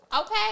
Okay